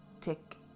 tick